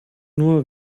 nur